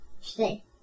Stay